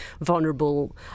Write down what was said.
vulnerable